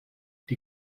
die